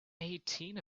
eighteen